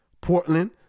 Portland